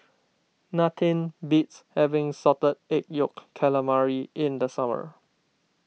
nothing beats having Salted Egg Yolk Calamari in the summer